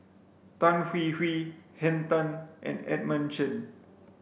Tan Hwee Hwee Henn Tan and Edmund Chen